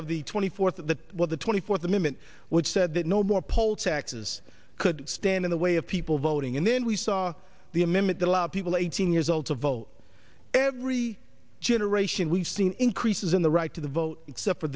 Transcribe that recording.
of the twenty fourth that was the twenty fourth amendment which said that no more poll taxes could stand in the way of people voting and then we saw the amendment the allow people eighteen years old to vote every generation we've seen increases in the right to vote except for